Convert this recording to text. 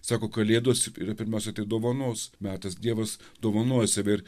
sako kalėdos yra pirmiausia tai dovanos metas dievas dovanoja save ir